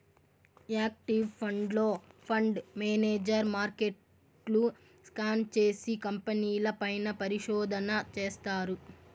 active ఫండ్లో, fund manager మార్కెట్ను scan చేసి, కంపెనీల పైన పరిశోధన చేస్తారు